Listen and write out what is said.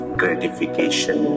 gratification